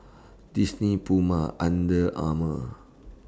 Disney Puma Under Armour